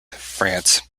france